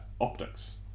optics